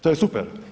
To je super.